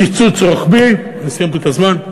קיצוץ רוחבי, אני מסיים פה את הזמן,